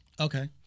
okay